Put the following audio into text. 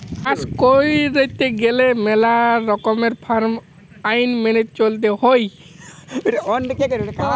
চাষ কইরতে গেলে মেলা রকমের ফার্ম আইন মেনে চলতে হৈ